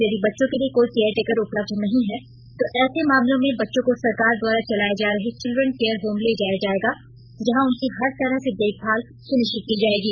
यदि बच्चों के लिए कोई केयरटेकर उपलब्ध नहीं है तो ऐसे मामलों में बच्चों को सरकार द्वारा चलाए जा रहे चिल्ड्रन केयर होम ले जाया जाएगा जहाँ उनकी हर तरह से देखभाल सुनिश्चित की जाएगी